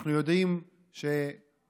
אנחנו יודעים שהציבור